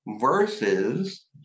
versus